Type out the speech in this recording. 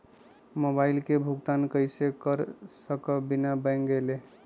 Mobile के भुगतान कईसे कर सकब बिना बैंक गईले?